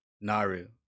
Naru